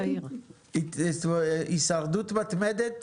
הישרדות מתמדת.